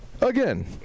again